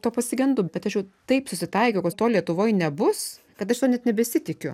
to pasigendu bet aš jau taip susitaikiau kad to lietuvoj nebus kad aš to net nebesitikiu